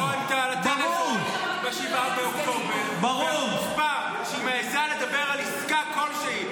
ולא ענתה לטלפון ב-7 באוקטובר -- אני לא הייתי חברת ממשלה,